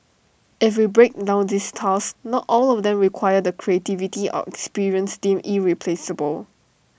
if we break down these tasks not all of them require the creativity or experience deemed irreplaceable